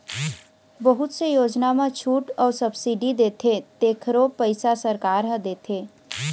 बहुत से योजना म छूट अउ सब्सिडी देथे तेखरो पइसा सरकार ह देथे